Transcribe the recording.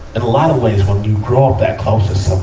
and a lot of ways, when you grow up that close to so